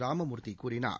ராமமூர்த்தி கூறினார்